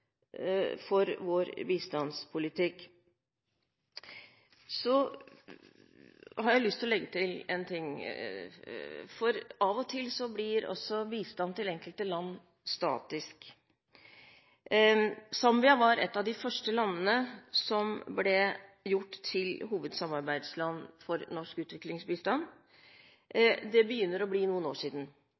for vår bistandspolitikk. Jeg har lyst til å legge til en ting. Av og til blir bistand til enkelte land statisk. Zambia var et av de første landene som ble gjort til hovedsamarbeidsland for norsk utviklingsbistand. Det begynner å bli noen år siden.